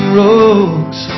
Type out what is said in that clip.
rogues